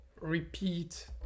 repeat